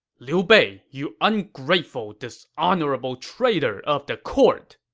liu bei, you ungrateful, dishonorable traitor of the court!